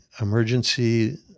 emergency